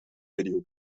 video